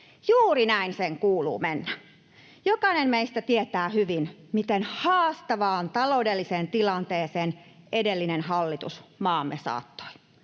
juuri näin sen kuuluu mennä. Jokainen meistä tietää hyvin, miten haastavaan taloudelliseen tilanteeseen edellinen hallitus maamme saattoi.